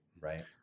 right